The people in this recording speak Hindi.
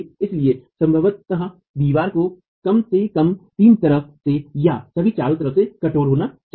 इसलिए संभवतः दीवार को कम से कम 3 तरफ से या सभी 4 तरफ से कठोर होना चाहिए